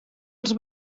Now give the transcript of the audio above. als